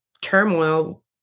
turmoil